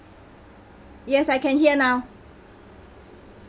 yes I can hear now